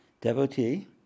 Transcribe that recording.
Devotee